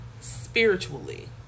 spiritually